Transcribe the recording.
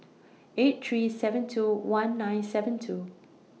eight three seven two one nine seven two